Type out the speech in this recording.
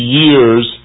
years